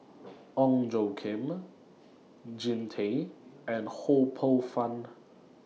Ong Tjoe Kim Jean Tay and Ho Poh Fun